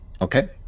Okay